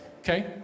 Okay